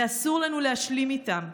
ואסור לנו להשלים איתם.